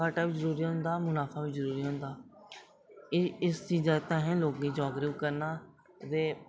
घाट्टा बी जरूरी होंदा मनाफा बी जरूरी होंदा एह् इस चीजै आस्तै असें लोकें ई जागरूक करना ते